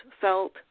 felt